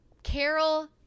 Carol